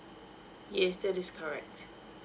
yes that is correct